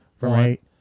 right